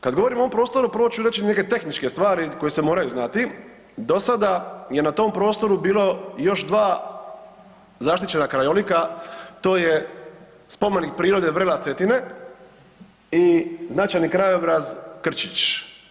Kad govorimo o ovom prostoru, prvo ću reći neke tehničke stvari koje se moraju znati, dosada je na tom prostoru bilo još dva zaštićena krajolika, to je spomenik prirode vrela Cetine i značajni krajobraz Krčić.